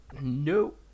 no